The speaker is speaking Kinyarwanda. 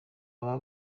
aba